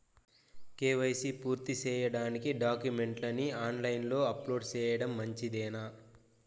KYC పూర్తి సేయడానికి డాక్యుమెంట్లు ని ఆన్ లైను లో అప్లోడ్ సేయడం మంచిదేనా?